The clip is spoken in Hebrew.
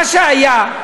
מה שהיה,